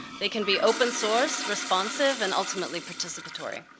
they can be open source, responsive, and ultimately participatory.